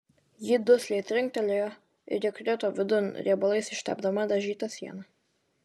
ji dusliai trinktelėjo ir įkrito vidun riebalais ištepdama dažytą sieną